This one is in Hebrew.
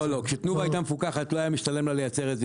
כשתנובה הייתה מפוקחת לא היה משתלם לה לייצר את זה,